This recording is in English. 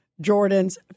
Jordan's